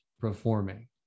performing